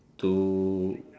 two